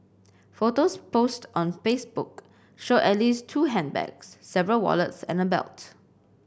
photos posted on Facebook showed at least two handbags several wallets and a belt